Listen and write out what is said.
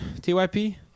TYP